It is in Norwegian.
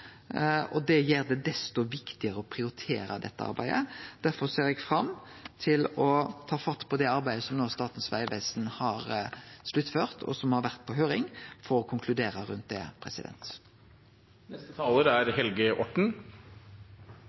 Det gjer det desto viktigare å prioritere dette arbeidet. Derfor ser eg fram til å ta fatt på det arbeidet som no Statens vegvesen har sluttført, og som har vore på høyring, for å konkludere rundt det.